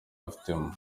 afitemo